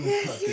Yes